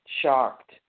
shocked